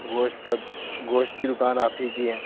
گوشت کا گوشت کی دکان آپ ہی کی ہے